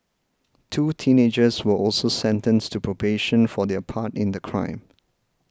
two teenagers were also sentenced to probation for their part in the crime